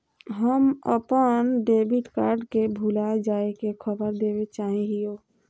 हम अप्पन debit card के भुला जाये के खबर देवे चाहे हियो